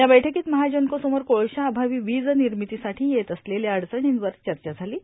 या बैठकोंत महाजनको समोर कोळशा अभावी वीज र्नामतीसाठा येत असलेल्या अडचणींवर चचा झालां